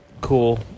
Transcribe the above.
cool